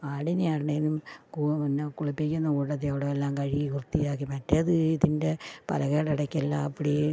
ആടിനെയാണെങ്കിലും പിന്നെ കുളിപ്പിക്കുന്ന കൂട്ടത്തിൽ അവിടെയെല്ലാം കഴുകി വൃത്തിയാക്കി മറ്റേത് ഇതിൻ്റെ പലകയുടെ ഇടയ്ക്ക് എല്ലാം അപ്പടിയേ